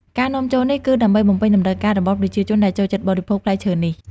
ការនាំចូលនេះគឺដើម្បីបំពេញតម្រូវការរបស់ប្រជាជនដែលចូលចិត្តបរិភោគផ្លែឈើនេះ។